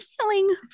feeling